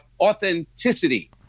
authenticity